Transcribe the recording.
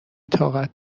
طاقت